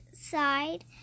side